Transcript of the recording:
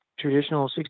traditional